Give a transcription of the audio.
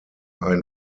ein